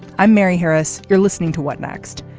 i'm mary harris. you're listening to what next.